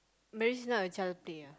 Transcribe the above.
marriage is not a child play ah